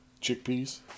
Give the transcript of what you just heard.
Chickpeas